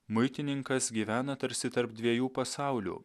muitininkas gyvena tarsi tarp dviejų pasaulių